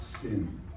sin